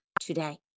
today